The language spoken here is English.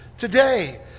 today